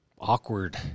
awkward